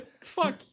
Fuck